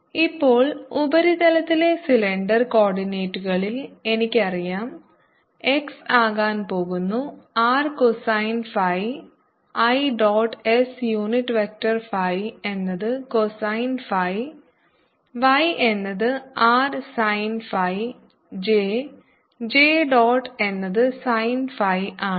srdϕdz ഇപ്പോൾ ഉപരിതലത്തിലെ സിലിണ്ടർ കോർഡിനേറ്റുകളിൽ എനിക്കറിയാം x ആകാൻ പോകുന്നു R cosine phi i dot s unit vector phi എന്നത് കൊസൈൻ phi y എന്നത് R sine phi j j dot എന്നത് സൈൻ phi ആണ്